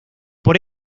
por